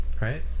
right